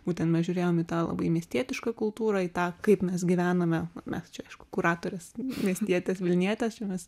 būtent mes žiūrėjom į tą labai miestietišką kultūrą į tą kaip mes gyvename mes čia aišku kuratorės miestietės vilnietės čia mes